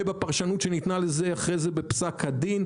ובפרשנות שניתנה לזה אחרי זה בפסק הדין.